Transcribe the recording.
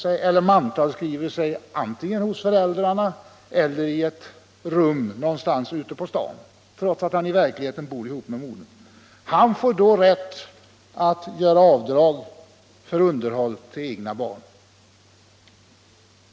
Fadern mantalskriver sig antingen hos sina föräldrar eller i ett rum någonstans ute på staden, trots att han i verkligheten bor ihop med modern. Han får då rätt att göra avdrag för underhåll till eget barn.